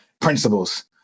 principles